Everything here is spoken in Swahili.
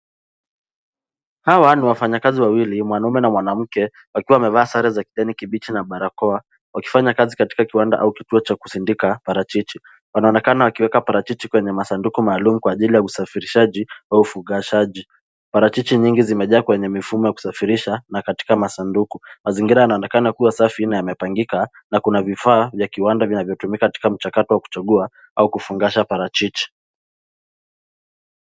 Hawa ni wafanyikazi wawili mwanaume na mwanamke wakiwa wamevaa sare za kijani kibichi na barakoa wakifanya kazi katika kiwanda au kituo cha kusindika parachichi. Wanaonekana wakieka parachichi kwenye masanduku maalum kwa ajili ya usafirishaji au ufugashaji. Parachichi nyingi zimejaa kwenye mifumo ya kusafirisha katika masanduku. Mazingira yanaonekana kuwa safi na yamepangika na kuna vifaa vya kiwanda vinavyotumika katika mchakato wa kuchangua au kufugasha parachichi.